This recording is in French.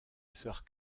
sœur